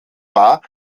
war